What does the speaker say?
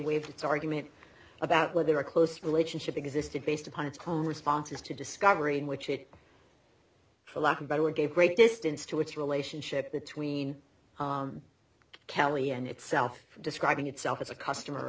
waved its argument about whether a close relationship existed based upon its common responses to discovery in which it for lack of better word gave great distance to its relationship between kelley and itself describing itself as a customer